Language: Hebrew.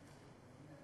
כשהם יוצאים וחוזרים,